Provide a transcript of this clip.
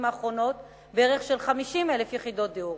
האחרונות של בערך 50,000 יחידות דיור,